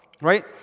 right